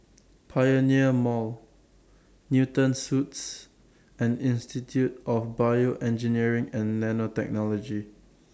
Pioneer Mall Newton Suites and Institute of Bioengineering and Nanotechnology